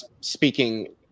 speaking